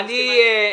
אני מסכימה איתך.